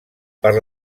per